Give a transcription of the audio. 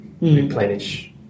replenish